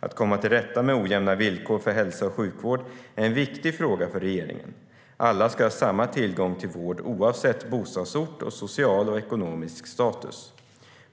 Att komma till rätta med ojämna villkor för hälsa och sjukvård är en viktig fråga för regeringen. Alla ska ha samma tillgång till vård oavsett bostadsort och social och ekonomisk status.